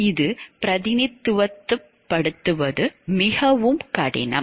இது பிரதிநிதித்துவப்படுத்துவது மிகவும் கடினம்